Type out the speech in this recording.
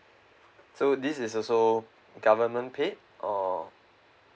so this is also government paid or